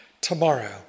tomorrow